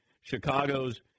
Chicago's